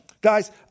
Guys